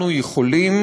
אנחנו יכולים